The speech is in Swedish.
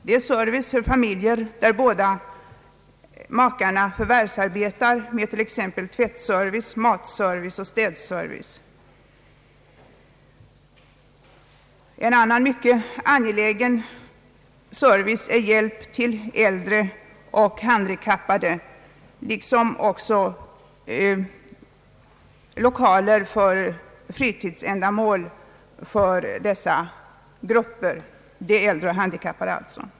Det är service åt familjer, där båda makarna förvärvsarbetar, i form av t.ex. tvättservice, matservice och städservice. En annan mycket angelägen service är hjälp till äldre och handikappade liksom också lokaler för fritidsändamål för dessa grupper.